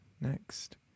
Next